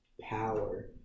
power